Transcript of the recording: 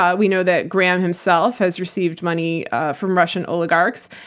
um we know that graham himself has received money from russian oligarchs.